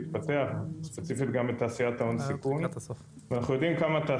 ואנחנו יודעים כמה התעשייה הזאת היא מאוד מחזורית באופי שלה.